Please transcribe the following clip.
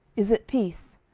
is it peace?